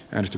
risto